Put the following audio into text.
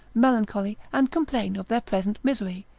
melancholy, and complain of their present misery,